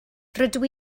rydw